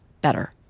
better